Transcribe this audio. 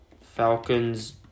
Falcons